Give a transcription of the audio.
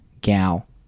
gal